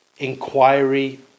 Inquiry